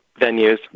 venues